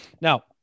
now